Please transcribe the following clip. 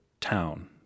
town